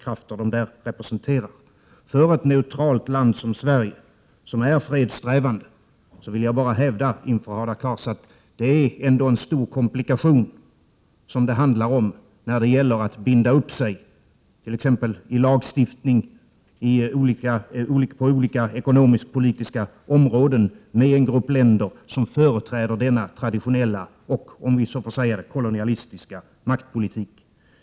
Jag vill bara hävda inför Hadar Cars att det för ett neutralt land som Sverige, som är fredssträvande, ändå innebär en stor komplikation att binda upp sig t.ex. i lagstiftning på olika ekonomiskpolitiska områden med en grupp länder som företräder denna tradition och, om vi så får säga, kolonialistiska maktpolitik.